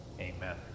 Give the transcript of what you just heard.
Amen